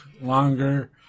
longer